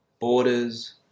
borders